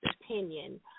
opinion